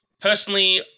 personally